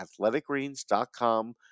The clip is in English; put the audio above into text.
athleticgreens.com